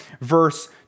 verse